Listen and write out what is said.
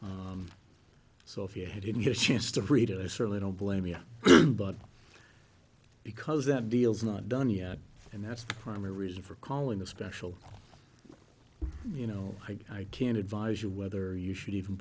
so if you didn't get a chance to read it i certainly don't blame you because that deal's not done yet and that's the primary reason for calling a special you know i can't advise you whether you should even